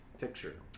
Picture